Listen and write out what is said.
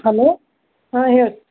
hello ಹಾಂ ಹೇಳಿ